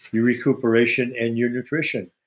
your recuperation, and your nutrition,